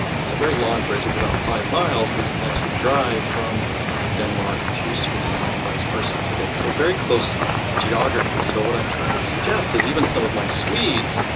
it's a very long bridge of about five miles, but you can actually drive from denmark to sweden, and vice versa today, so very close geography. so what i'm trying to suggest is even some of my swedes,